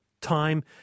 time